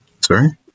Sorry